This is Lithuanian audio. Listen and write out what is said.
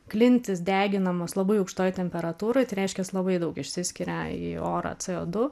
klintys deginamos labai aukštoj temperatūroj tai reiškias labai daug išsiskiria į orą co du